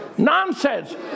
Nonsense